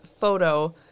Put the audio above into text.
photo